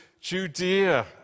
Judea